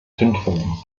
zündfunken